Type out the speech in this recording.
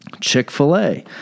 Chick-fil-A